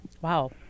wow